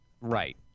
right